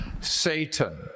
Satan